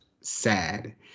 sad